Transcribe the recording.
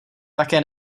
také